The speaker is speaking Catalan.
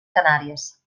canàries